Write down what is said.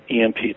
EMP